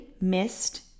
missed